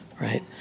right